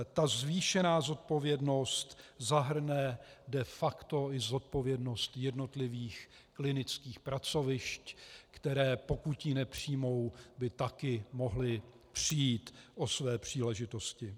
Ta zvýšená zodpovědnost zahrne de facto i zodpovědnost jednotlivých klinických pracovišť, která, pokud ji nepřijmou, by taky mohla přijít o své příležitosti.